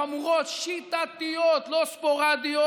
חמורות, שיטתיות, לא ספורדיות,